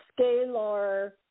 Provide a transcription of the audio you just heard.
Scalar